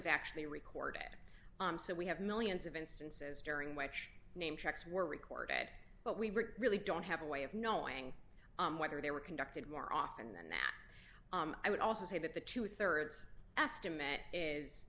was actually recorded so we have millions of instances during which name checks were recorded at but we really don't have a way of knowing whether they were conducted more often than that i would also say that the two thirds estimate is